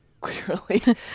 clearly